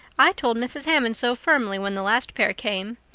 i told mrs. hammond so firmly, when the last pair came.